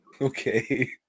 Okay